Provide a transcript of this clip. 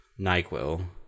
Nyquil